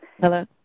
Hello